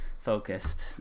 focused